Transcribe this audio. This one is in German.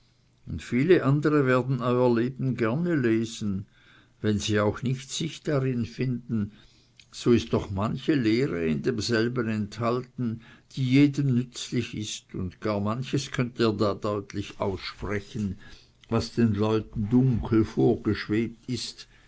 und viele andere werden euer leben gerne lesen wenn sie auch nicht sich darin finden so ist doch manche lehre in demselben enthalten die jedem nützlich ist und gar manches könnt ihr da deutlich aussprechen was den leuten dunkel vorgeschwebt ist